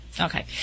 Okay